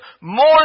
more